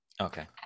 Okay